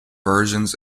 versions